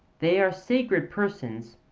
they are sacred persons,